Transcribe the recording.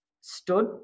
stood